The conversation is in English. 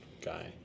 guy